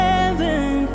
Heaven